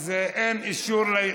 אז אין אישור.